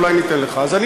אולי ניתן לך.